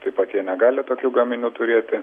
taip pat jie negali tokių gaminių turėti